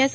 S